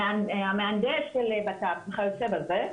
המהנדס של בט"פ וכיוצא בזה,